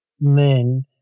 men